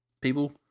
people